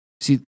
See